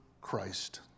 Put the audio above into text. Christ